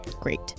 Great